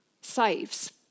saves